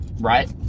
right